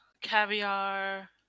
Caviar